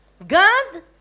God